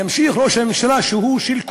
ימשיך ראש הממשלה, שהוא של כולם,